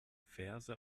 verse